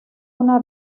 una